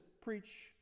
preach